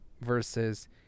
versus